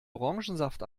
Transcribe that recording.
orangensaft